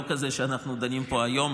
לא כזה שאנחנו דנים בו פה היום,